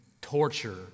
torture